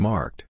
Marked